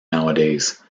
nowadays